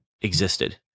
existed